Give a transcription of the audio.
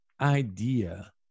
idea